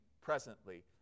presently